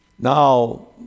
Now